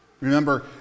Remember